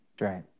Right